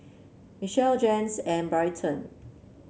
Michelle Janyce and Bryton